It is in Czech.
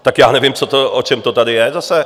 Tak já nevím, o čem to tady je zase.